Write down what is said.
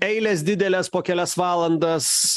eilės dideles po kelias valandas